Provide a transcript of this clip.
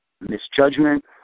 misjudgment